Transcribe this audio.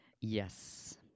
yes